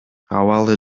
абалы